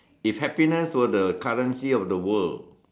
if happiness were the currency of the world